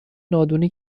نادونی